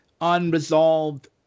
unresolved